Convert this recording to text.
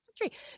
country